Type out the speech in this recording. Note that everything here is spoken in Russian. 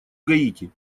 гаити